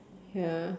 ya